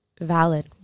Valid